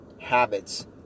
habits